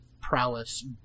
prowess